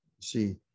See